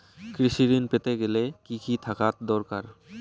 কৃষিঋণ পেতে গেলে কি কি থাকা দরকার?